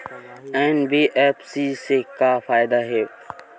NBFC से का फ़ायदा हे?